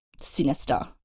sinister